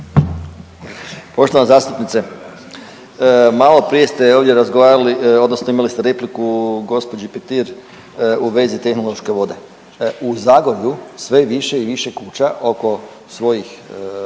Poštovana zastupnice. Maloprije ste ovdje razgovarali, odnosno imali ste repliku g. Petir u vezi tehnološke vode. U Zagorju sve više i više kuća oko svojih